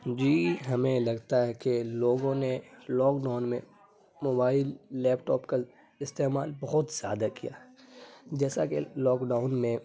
جی ہمیں لگتا ہے کہ لوگوں نے لاک ڈاؤن میں موبائل لیپ ٹاپ کا استعمال بہت زیادہ کیا ہے جیسا کہ لاک ڈاؤن میں